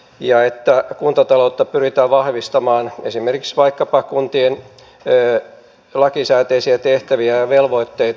jaettava kuntataloutta pyritään vahvistamaan esimerkiksi vaikkapa kuntien tie lakisääteisiä tehtäviä ja velvoitteet